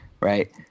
Right